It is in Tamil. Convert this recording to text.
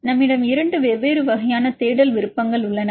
நம்மிடம் இரண்டு வெவ்வேறு வகையான தேடல் விருப்பங்கள் உள்ளன